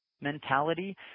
mentality